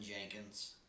Jenkins